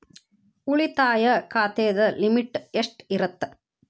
ಉಳಿತಾಯ ಖಾತೆದ ಲಿಮಿಟ್ ಎಷ್ಟ ಇರತ್ತ?